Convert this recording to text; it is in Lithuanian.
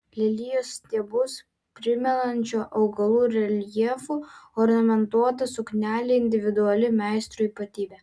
lelijos stiebus primenančių augalų reljefu ornamentuota suknelė individuali meistro ypatybė